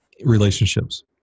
relationships